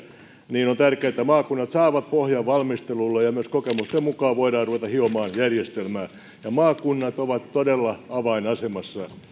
niin on tärkeää että maakunnat saavat pohjan valmistelulle ja myös kokemusten mukaan voidaan ruveta hiomaan järjestelmää maakunnat ovat todella avainasemassa